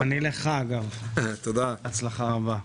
אני מאחל גם לך הצלחה רבה.